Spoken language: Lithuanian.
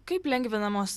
kaip lengvinamos